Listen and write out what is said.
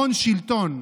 הון-שלטון.